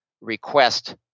request